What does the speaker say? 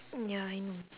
oh ya I know